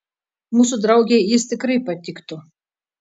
mūsų draugei jis tikrai patiktų